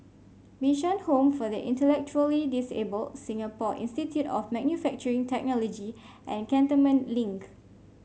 Bishan Home for the Intellectually Disabled Singapore Institute of Manufacturing Technology and Cantonment Link